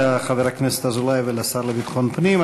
תודה לחבר הכנסת אזולאי ולשר לביטחון פנים.